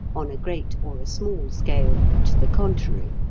on a great or a small scale, to the contrary.